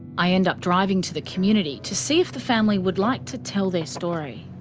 i end up driving to the community to see if the family would like to tell their story.